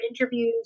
interviews